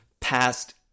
past